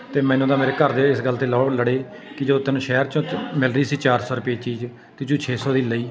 ਅਤੇ ਮੈਨੂੰ ਤਾਂ ਮੇਰੇ ਘਰ ਦੇ ਇਸ ਗੱਲ 'ਤੇ ਲੋ ਲੜੇ ਕਿ ਜਦੋਂ ਤੈਨੂੰ ਸ਼ਹਿਰ 'ਚੋਂ ਮਿਲ ਰਹੀ ਸੀ ਚਾਰ ਸੌ ਰੁਪਏ ਚੀਜ਼ ਅਤੇ ਤੂੰ ਛੇ ਸੌ ਦੀ ਲਈ